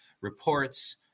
reports